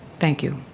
thank you.